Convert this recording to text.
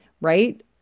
right